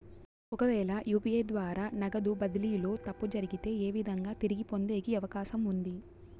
ఒకవేల యు.పి.ఐ ద్వారా నగదు బదిలీలో తప్పు జరిగితే, ఏ విధంగా తిరిగి పొందేకి అవకాశం ఉంది?